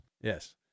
Yes